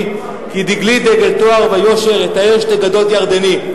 כי דגלי דגל טוהר ויושר,/ יטהר שתי גדות ירדני".